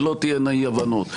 שלא תהיינה אי-הבנות.